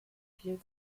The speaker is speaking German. viel